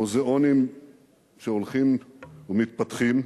מוזיאונים שהולכים ומתפתחים,